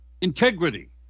integrity